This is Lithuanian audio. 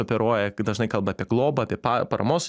operuoja dažnai kalba apie globą apie pa paramos